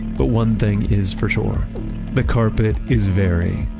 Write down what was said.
but one thing is for sure the carpet is very,